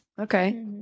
okay